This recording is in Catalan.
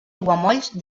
aiguamolls